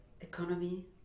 economy